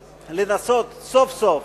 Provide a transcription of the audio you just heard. ולנסות סוף סוף,